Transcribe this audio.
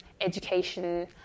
education